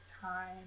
time